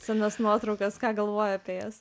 senas nuotraukas ką galvoji apie jas